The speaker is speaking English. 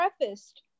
prefaced